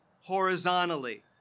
horizontally